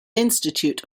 institute